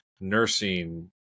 Nursing